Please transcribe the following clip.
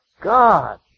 God